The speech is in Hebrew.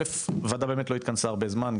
הוועדה באמת לא התכנסה הרבה זמן,